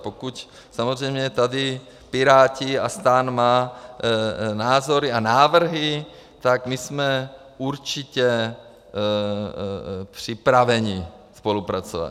Pokud samozřejmě tady Piráti a STAN mají názory a návrhy, tak jsme určitě připraveni spolupracovat.